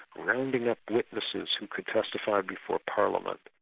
rounding up witnesses who could testify before parliament.